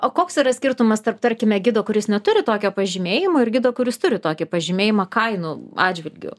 o koks yra skirtumas tarp tarkime gido kuris neturi tokio pažymėjimo ir gido kuris turi tokį pažymėjimą kainų atžvilgiu